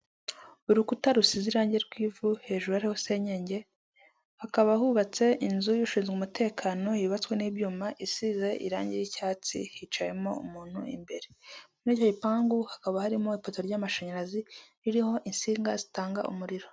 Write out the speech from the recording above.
Urukuta rusize irangi rw'ivu hejuru hariho senyenge, hakaba hubatse inzu y'ushinzwe umutekano yubatswe n'ibyuma isize irangi ry'icyatsi hicayemo umuntu imbere, muri icyo gipangu hakaba harimo ipoto ry'amashanyarazi riho insinga zitanga umuriro.